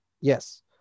Yes